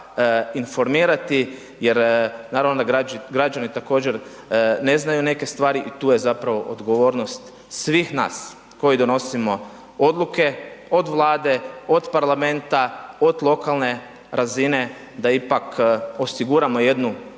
informirati jer naravno da građani također ne znaju neke stvari i tu je zapravo odgovornost svih nas koji donosimo odluke, od Vlade, od parlamenta, od lokalne razine da ipak osiguramo jednu bolju